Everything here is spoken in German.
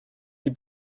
die